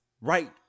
right